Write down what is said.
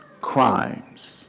crimes